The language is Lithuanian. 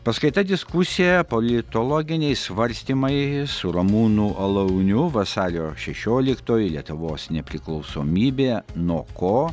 paskaita diskusija politologiniai svarstymai su ramūnu alauniu vasario šešioliktoji lietuvos nepriklausomybė nuo ko